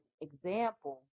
example